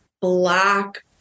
black